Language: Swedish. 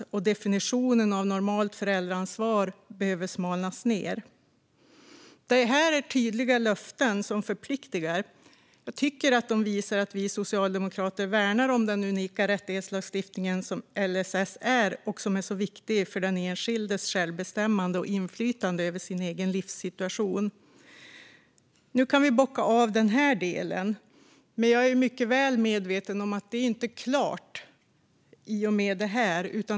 Definitionen av normalt föräldraansvar behöver smalnas av. Detta är tydliga löften som förpliktar. Jag tycker att de visar att vi socialdemokrater värnar om den unika rättighetslagstiftning som LSS är och som är så viktig för den enskildes självbestämmande och inflytande över sin egen livssituation. Nu kan vi bocka av den här delen, men jag är mycket väl medveten om att det inte är klart i och med det.